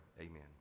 Amen